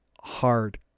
hard